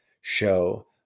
show